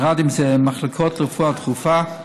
מחלקות לרפואה דחופה,